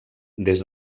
des